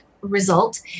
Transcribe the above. result